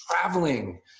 traveling